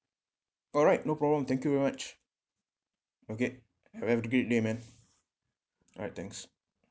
alright no problem thank you very much okay h~ have a good day man alright thanks